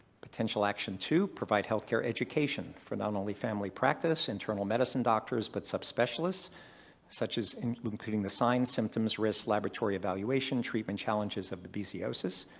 potential action two, provide healthcare education for not only family practice, internal medicine doctors, but sub-specialists such as. including the signs, symptoms, risks, laboratory evaluation, treatment challenges of babesiosis,